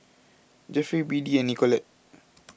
Jefferey Beadie and Nicolette